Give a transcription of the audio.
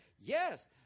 Yes